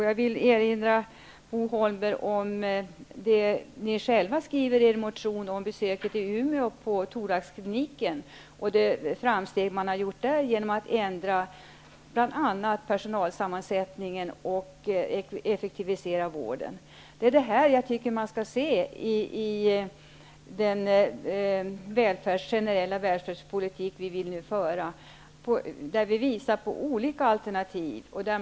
Jag vill erinra Bo Holmberg om vad ni själva skriver i er motion om besöket på thoraxkliniken i Umeå. Där har man gjort framsteg genom att bl.a. ändra personalsammansättningen och effektivisera vården. Det är detta som man skall se i den generella välfärdspolitik som vi nu vill föra. Vi visar på olika alternativ.